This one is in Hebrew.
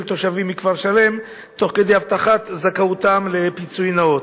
תושבים מכפר-שלם תוך הבטחת זכאותם לפיצוי נאות.